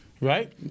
right